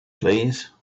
please